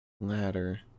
ladder